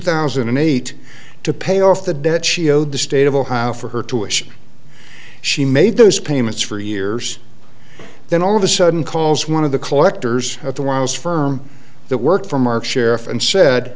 thousand and eight to pay off the debt she owed the state of ohio for her to wish she made those payments for years then all of a sudden calls one of the collectors at the wiles firm that worked for mark sheriff and said